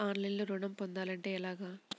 ఆన్లైన్లో ఋణం పొందాలంటే ఎలాగా?